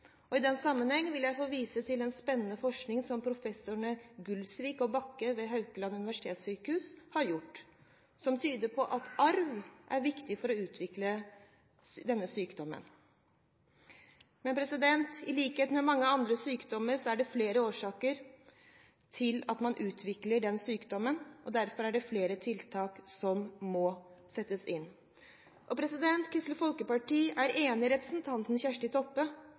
ikke. I den sammenheng vil jeg få vise til spennende forskning som professorene Gulsvik og Bakke ved Haukeland universitetssykehus har gjort, som tyder på at arv er viktig for å utvikle denne sykdommen. Men i likhet med mange andre sykdommer er det flere årsaker til at man utvikler denne sykdommen. Derfor er det flere tiltak som må settes inn. Kristelig Folkeparti er enig med representanten Kjersti Toppe